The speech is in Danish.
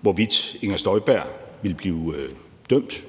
hvorvidt fru Inger Støjberg ville blive dømt.